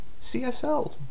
CSL